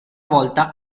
volta